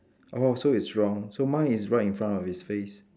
oh so it's wrong so mine is right in front of his face